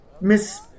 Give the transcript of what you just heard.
Miss